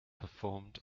performed